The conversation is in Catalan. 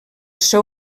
seu